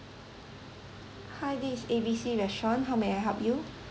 hi this is A B C restaurant how may I help you